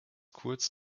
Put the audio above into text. kurz